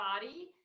body